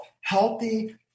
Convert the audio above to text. healthy